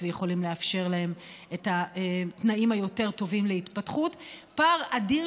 ויכולים לאפשר להם את התנאים היותר-טובים להתפתחות הוא פער אדיר,